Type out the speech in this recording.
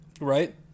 right